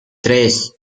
tres